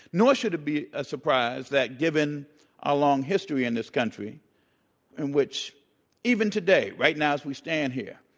nor should it be a surprise that given a long history in this country in which even today, right now as we stand here,